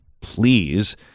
please